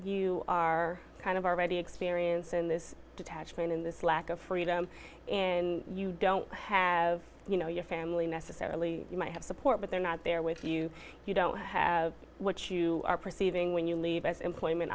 you are kind of already experiencing this detachment in this lack of freedom and you don't have a family necessarily you might have support but they're not there with you you don't have what you are perceiving when you leave as employment